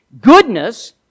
Goodness